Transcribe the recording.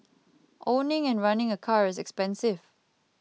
owning and running a car is expensive